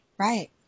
Right